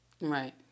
Right